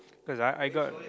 cause I I got